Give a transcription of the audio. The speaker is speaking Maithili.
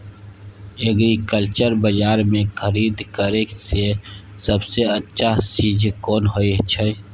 एग्रीकल्चर बाजार में खरीद करे से सबसे अच्छा चीज कोन होय छै?